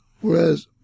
whereas